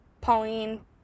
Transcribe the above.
Pauline